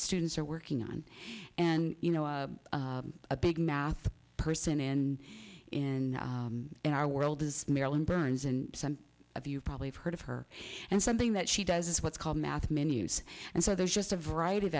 students are working on and you know a big math person in in in our world is marilyn burns and some of you probably have heard of her and something that she does is what's called math menus and so there's just a variety of